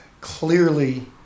clearly